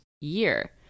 year